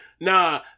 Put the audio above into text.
nah